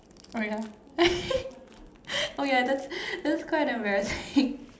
oh ya oh ya that's that's quite embarrassing